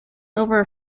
over